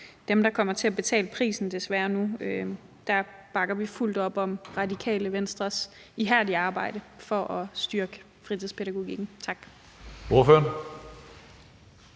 den, der kommer til at betale prisen nu. Der bakker vi fuldt op om Radikale Venstres ihærdige arbejde for at styrke fritidspædagogikken. Tak.